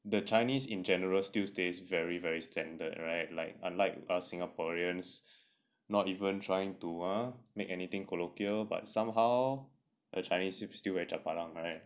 the chinese in general still stays very very standard right like unlike us singaporeans not even trying to ah make anything colloquial but somehow the chinese still very chapalang right